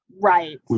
Right